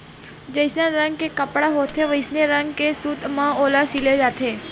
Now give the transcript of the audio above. जइसन रंग के कपड़ा होथे वइसने रंग के सूत म ओला सिले जाथे